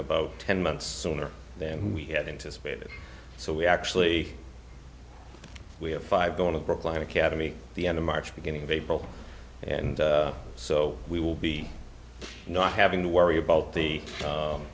about ten months sooner than we had anticipated so we actually we have five going to brookline academy the end of march beginning of april and so we will be not having to worry about the